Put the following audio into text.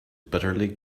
bitterly